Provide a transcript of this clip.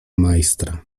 majstra